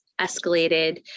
escalated